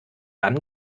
dann